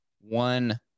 one